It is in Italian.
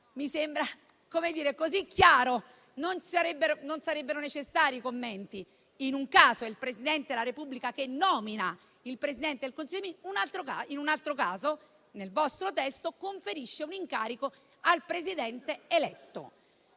Mi sembra così chiaro che non sarebbero necessari commenti. In un caso è il Presidente della Repubblica che nomina il Presidente del Consiglio; in un altro caso, nel vostro testo, conferisce un incarico al Presidente eletto.